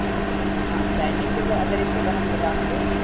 आम् आं बैण्डिङ्ग् कृते अतिरिक्तं धनं ददामि चेत्